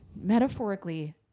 Metaphorically